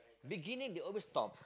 beginning they always top